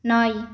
நாய்